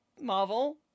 Marvel